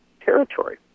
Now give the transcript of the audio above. territory